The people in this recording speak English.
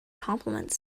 compliments